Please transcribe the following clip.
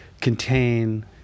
contain